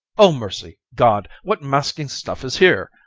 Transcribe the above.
o mercy, god! what masquing stuff is here?